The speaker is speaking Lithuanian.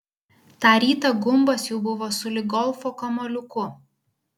tą rytą gumbas jau buvo sulig golfo kamuoliuku